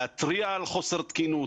להתריע על חוסר תקינות,